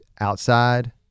outside